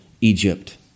Egypt